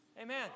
Amen